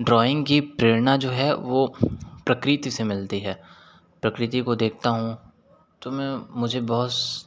drawing की प्रेरणा जो है वो प्रकृति से मिलती है प्रकृति को देखता हूँ तो मैं मुझे बहुत